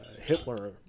Hitler